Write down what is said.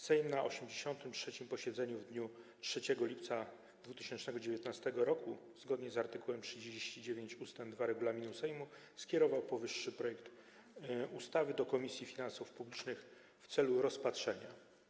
Sejm na 83. posiedzeniu w dniu 3 lipca 2019 r., zgodnie z art. 39 ust. 2 regulaminu Sejmu, skierował powyższy projekt ustawy do Komisji Finansów Publicznych w celu rozpatrzenia.